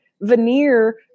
veneer